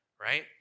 right